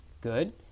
Good